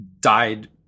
died